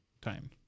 time